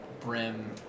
Brim